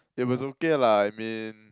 it was okay lah I mean